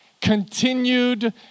continued